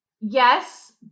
Yes